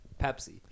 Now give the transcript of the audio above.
Pepsi